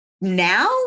Now